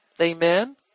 amen